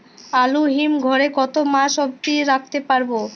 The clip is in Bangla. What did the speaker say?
আলু হিম ঘরে কতো মাস অব্দি রাখতে পারবো?